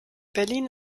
berlin